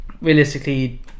realistically